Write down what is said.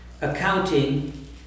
accounting